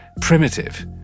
primitive